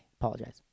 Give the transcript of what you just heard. apologize